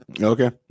Okay